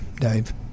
Dave